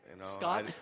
Scott